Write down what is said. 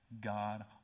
God